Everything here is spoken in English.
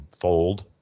fold